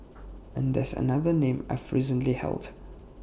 and that's another name I've recently held